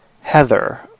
Heather